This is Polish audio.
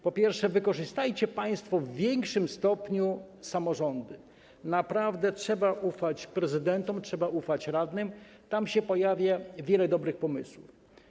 Po pierwsze, wykorzystajcie państwo w większym stopniu samorządy - naprawdę trzeba ufać prezydentom, trzeba ufać radnym - tam pojawia się wiele dobrych pomysłów.